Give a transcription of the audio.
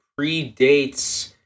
predates